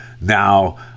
Now